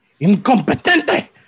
Incompetente